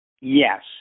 yes